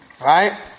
right